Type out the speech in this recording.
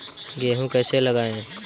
गेहूँ कैसे लगाएँ?